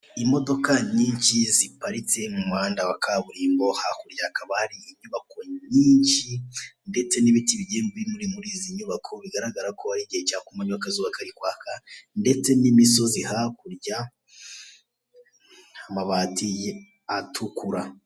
Imodoka nyinshi ziparitse mu muhanda wa kaburimbo, hakurya hakaba hari inyubako nyinshi, ndetse n'ibiti bigiye biri muri izi nyubako, bigaragara ko ari igihe cya kumanywa akazuba kari kwaka ndetse n'imisozi hakurya amabati atukura.